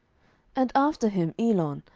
and after him elon,